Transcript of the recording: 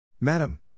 Madam